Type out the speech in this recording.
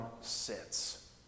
sits